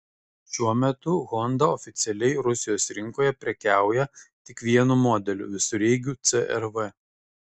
šiuo metu honda oficialiai rusijos rinkoje prekiauja tik vienu modeliu visureigiu cr v